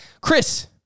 Chris